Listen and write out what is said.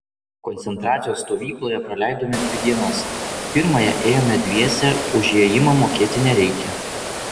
koncentracijos stovykloje praleidome dvi dienas pirmąją ėjome dviese už įėjimą mokėti nereikia